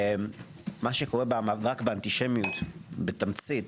מה שקורה במאבק באנטישמיות בתמצית,